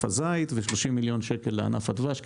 הזית ו-30 מיליון שקל לענף הדבש כסיוע,